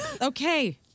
Okay